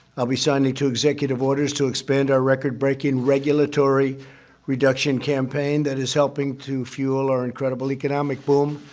i'll be signing two executive orders to expand our record-breaking regulatory reduction campaign that is helping to fuel our incredible economic boom.